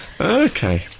Okay